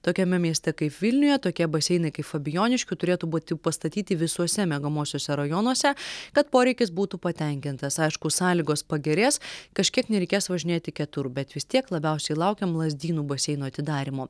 tokiame mieste kaip vilniuje tokie baseinai kaip fabijoniškių turėtų būti pastatyti visuose miegamuosiuose rajonuose kad poreikis būtų patenkintas aišku sąlygos pagerės kažkiek nereikės važinėti kitur bet vis tiek labiausiai laukiam lazdynų baseino atidarymo